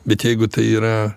bet jeigu tai yra